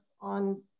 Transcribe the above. on